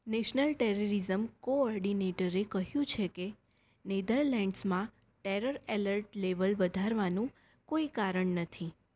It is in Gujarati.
નેશનલ ટેરરિઝમ કોઓર્ડિનેટરે કહ્યું છે કે નેધરલેન્ડ્સમાં ટેરર એલર્ટ લેવલ વધારવાનું કોઈ કારણ નથી